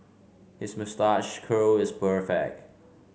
his moustache curl is perfect